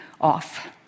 off